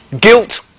Guilt